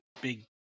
big